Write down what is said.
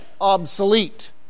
obsolete